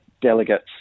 delegates